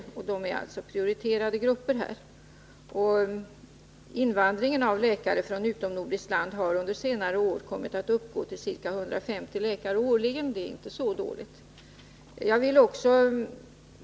Dessa är alltså prioriterade grupper. Invandringen av läkare från utomnordiskt land har under senare år kommit att uppgå till ca 150 läkare årligen, och det är inte så dåligt.